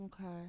Okay